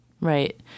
Right